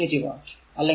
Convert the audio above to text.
അതിനാൽ 180 വാട്ട്